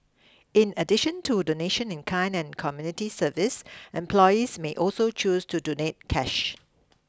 in addition to donation in kind and community service employees may also choose to donate cash